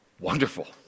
wonderful